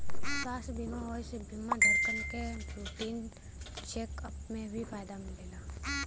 स्वास्थ्य बीमा होये से बीमा धारकन के रूटीन चेक अप में भी फायदा मिलला